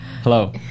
Hello